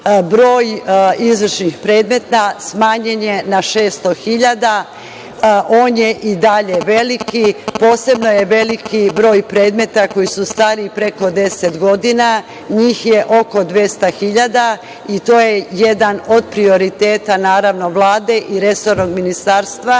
broj izvršnih predmeta smanjen je na 600 hiljada. On je i dalje veliki, posebno je veliki broj predmeta koji su stari preko 10 godina, njih je oko 200 hiljada i to je jedan od prioriteta Vlade i resornog ministarstva,